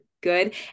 good